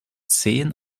zehn